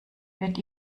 wird